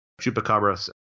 chupacabras